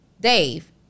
Dave